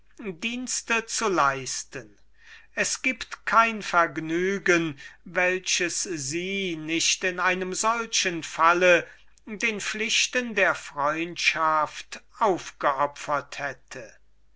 dienste zu leisten es war kein vergnügen welches sie nicht in einem solchen falle den pflichten der freundschaft aufgeopfert hätte